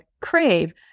crave